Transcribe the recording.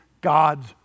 God's